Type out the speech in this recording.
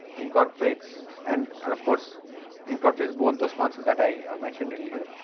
incorporates and and of course incorporates both those constants that i mentioned earlier.